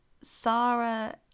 Sarah